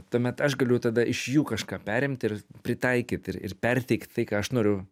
tuomet aš galiu tada iš jų kažką perimti ir pritaikyt ir ir perteikt tai ką aš noriu